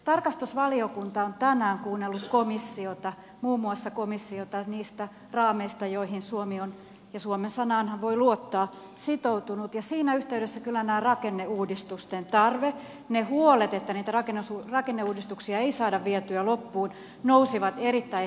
tarkastusvaliokunta on tänään kuunnellut muun muassa komissiota niistä raameista joihin suomi on ja suomen sanaanhan voi luottaa sitoutunut ja siinä yhteydessä kyllä ne huolet että niitä rakenneuudistuksia ei saada vietyä loppuun nousivat erittäin hälyttävästi esiin